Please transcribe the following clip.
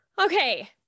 Okay